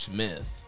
Smith